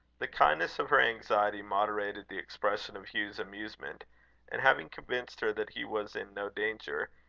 the kindness of her anxiety moderated the expression of hugh's amusement and having convinced her that he was in no danger,